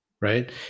right